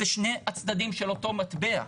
זה שני הצדדים של אותו מטבע,